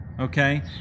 Okay